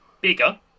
bigger